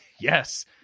yes